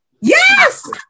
Yes